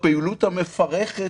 בא אליי ראש הממשלה,